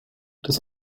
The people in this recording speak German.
das